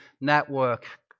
Network